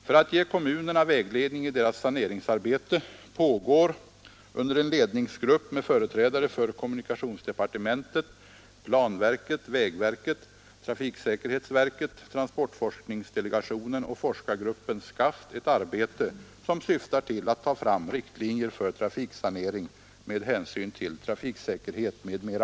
För att ge kommunerna vägledning i deras saneringsarbete pågår under en ledningsgrupp med företrädare för kommunikationsdepartementet, planverket, vägverket, trafiksäkerhetsverket, transportforskningsdelegationen och forskargruppen SCAFT ett arbete som syftar till att ta fram riktlinjer för trafiksanering med hänsyn till trafiksäkerhet m.m.